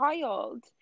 child